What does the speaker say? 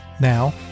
Now